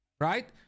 right